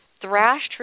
thrashed